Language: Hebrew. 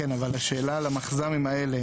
השאלה על המחז"מים האלה,